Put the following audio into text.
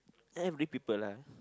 every people lah